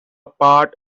part